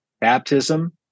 baptism